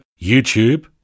YouTube